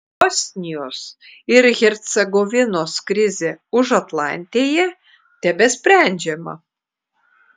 bosnijos ir hercegovinos krizė užatlantėje tebesprendžiama